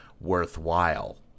worthwhile